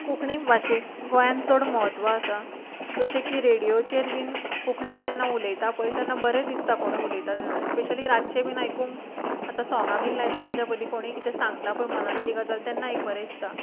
कोंकणी भाशेक गोंयांत चड म्हत्व आसा जशें की रेडियोचेर बीन कोंकणींत जेन्ना उलयता पळय बरें दिसता कोणूय उलयता तेन्ना स्पेशली रातचे बीन आयकूंक आतां सोंगा बी लायता ताचे पयलीं कोणू कितें सांगता पळय मनांतली गजाल तेन्ना एक बरें दिसता